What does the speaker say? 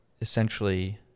essentially